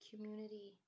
community